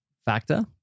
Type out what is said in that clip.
factor